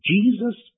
Jesus